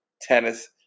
tennis